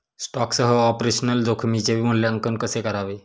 स्टॉकसह ऑपरेशनल जोखमीचे मूल्यांकन कसे करावे?